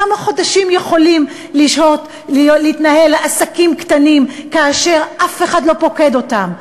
כמה חודשים יכולים להתנהל עסקים קטנים כאשר אף אחד לא פוקד אותם?